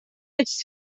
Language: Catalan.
ets